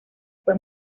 fue